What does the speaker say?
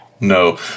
no